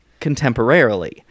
contemporarily